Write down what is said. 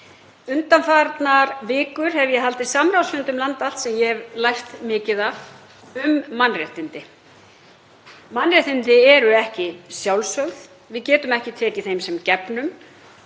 Undanfarnar vikur hef ég haldið samráðsfundi um land allt, sem ég hef lært mikið af, um mannréttindi. Mannréttindi eru ekki sjálfsögð og við getum ekki tekið þeim sem gefnum.